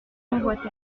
convoitait